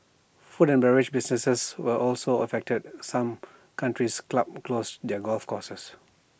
food and beverage businesses were also affected some country's clubs closed their golf courses